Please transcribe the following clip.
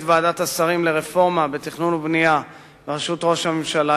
ועדת השרים לרפורמה בתכנון ובנייה בראשות ראש הממשלה,